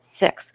Six